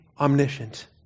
omniscient